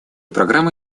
программы